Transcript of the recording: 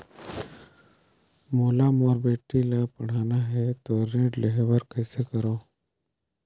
मोला मोर बेटी ला पढ़ाना है तो ऋण ले बर कइसे करो